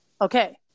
Okay